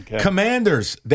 Commanders